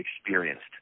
experienced